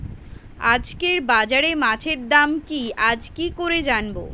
আজকে বাজারে মাছের দাম কি আছে কি করে জানবো?